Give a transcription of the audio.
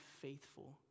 faithful